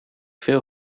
veel